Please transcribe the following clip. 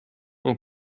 ont